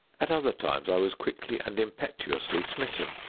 at other times i was quickly and impetuously smitten.